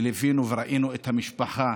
וליווינו, וראינו את המשפחה